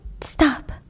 stop